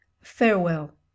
farewell